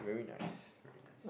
very nice very nice